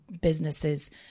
businesses